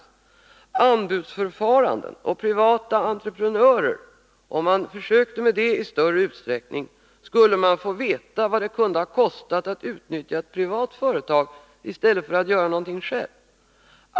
Om man i större utsträckning försökte med anbudsförfarande och privata entreprenörer skulle man kunna få veta vad det kunde ha kostat att utnyttja ett privat företag i stället för att göra någonting själv.